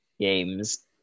games